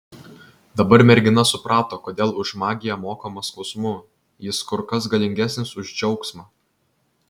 dabar mergina suprato kodėl už magiją mokama skausmu jis kur kas galingesnis už džiaugsmą